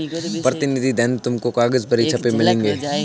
प्रतिनिधि धन तुमको कागज पर ही छपे मिलेंगे